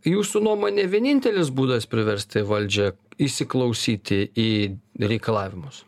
jūsų nuomone vienintelis būdas priversti valdžią įsiklausyti į reikalavimus